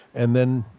and then,